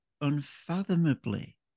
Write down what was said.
unfathomably